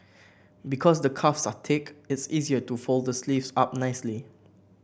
because the cuffs are thick it's easier to fold the sleeves up neatly